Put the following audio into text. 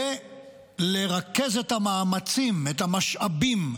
ולרכז את המאמצים, את המשאבים,